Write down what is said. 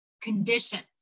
Conditions